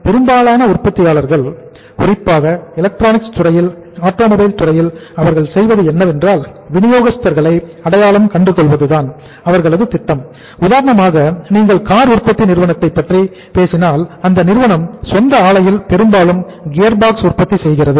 பெரும்பாலான உற்பத்தியாளர்கள் குறிப்பாக எலக்ட்ரானிக்ஸ் உற்பத்தி செய்கிறது